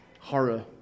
horror